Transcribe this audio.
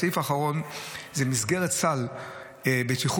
הסעיף האחרון זה מסגרת סל בטיחות